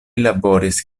laboris